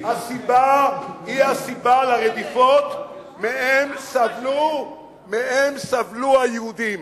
היא הסיבה לרדיפות שמהן סבלו היהודים.